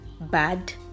bad